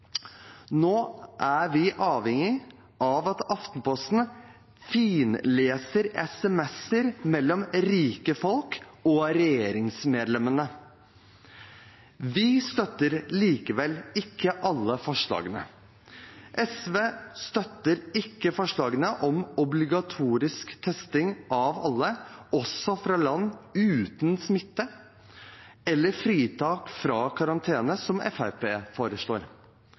Nå er vi avhengig av at Aftenposten finleser sms-er mellom rike folk og regjeringsmedlemmene. Vi støtter likevel ikke alle forslagene. SV støtter ikke forslagene om obligatorisk testing av alle, også fra land uten smitte, eller om fritak fra karantene, som Fremskrittspartiet foreslår.